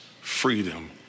freedom